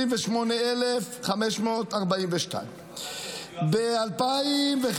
28,542, ב-2011,